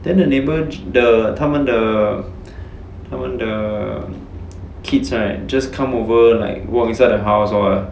then the neighbours the 他们 the 他们的 kids right just come over like walk inside a house all